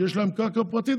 שיש להם קרקע פרטית,